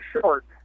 short